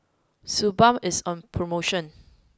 Suu Balm is on promotion